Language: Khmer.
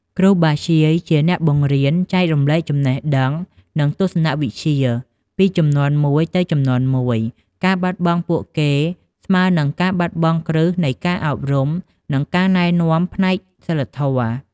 គ្រូបាធ្យាយ ជាអ្នកបង្រៀន ចែករំលែកចំណេះដឹង និងទស្សនវិជ្ជាពីជំនាន់មួយទៅជំនាន់មួយ ការបាត់បង់ពួកគេគឺស្មើនឹងការបាត់បង់គ្រឹះនៃការអប់រំ និងការណែនាំផ្នែកសីលធម៌។